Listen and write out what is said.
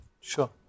Sure